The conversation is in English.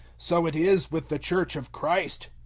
so it is with the church of christ.